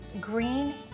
green